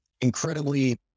incredibly